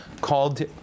called